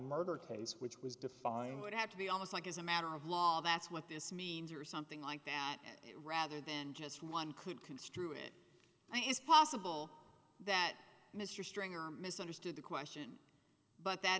murder case which was defined would have to be almost like as a matter of law that's what this means or something like that rather than just one could construe it i it's possible that mr stringer misunderstood the question but that